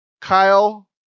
Kyle